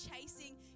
chasing